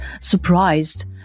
surprised